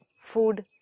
food